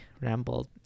rambled